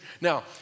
now